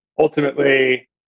Ultimately